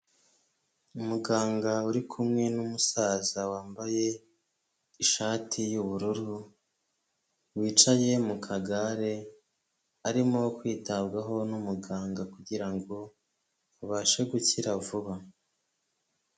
Umuganga uri kumwe n'umusaza wambaye ishati y'ubururu wicaye mu kagare arimo kwitabwaho n'umuganga kugirango abashe gukira vuba.